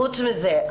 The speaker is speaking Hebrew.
חוץ מזה,